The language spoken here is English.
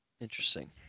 Interesting